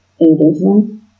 engagement